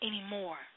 anymore